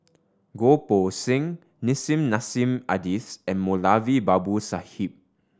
Goh Poh Seng Nissim Nassim Adis and Moulavi Babu Sahib